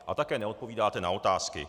A také neodpovídáte na otázky.